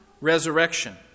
resurrection